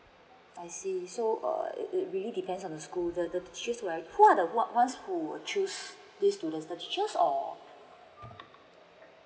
I see so uh it really depends on the school the the teacher right who are the what was who choose this to the teacher or